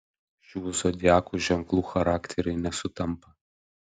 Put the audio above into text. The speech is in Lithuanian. šių zodiako ženklų charakteriai nesutampa